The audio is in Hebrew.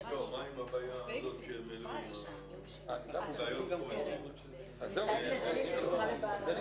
הרי לא נמשיך ונחכה לעדים שברחו לחו"ל לעד אלא אם כן